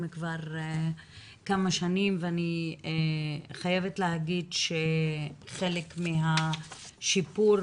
כבר כמה שנים ואני חייבת לומר שחלק מהשיפור